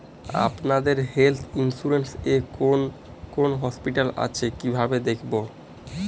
আপনাদের health insurance এ কোন কোন হসপিটাল আছে কিভাবে দেখবো?